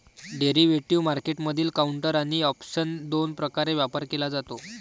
derivative मार्केटमधील counter आणि option दोन प्रकारे व्यापार केला जातो